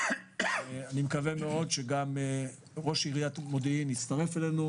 אני מקווה שראש עיריית מודיעין יצטרף אלינו.